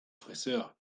frisör